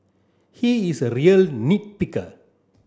he is a real nit picker